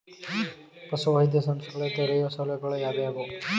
ಪಶುವೈದ್ಯ ಸಂಸ್ಥೆಗಳಲ್ಲಿ ದೊರೆಯುವ ಸೌಲಭ್ಯಗಳು ಯಾವುವು?